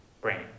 brain